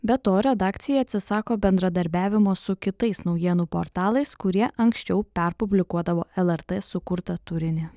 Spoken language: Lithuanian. be to redakcija atsisako bendradarbiavimo su kitais naujienų portalais kurie anksčiau perpublikuodavo lrt sukurtą turinį